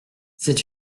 c’est